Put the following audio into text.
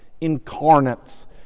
incarnates